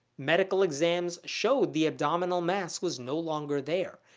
medical exams showed the abdominal mass was no longer there,